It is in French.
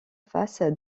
face